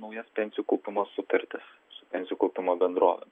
naujas pensijų kaupimo sutartis su pensijų kaupimo bendrove